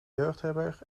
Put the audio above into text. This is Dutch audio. jeugdherberg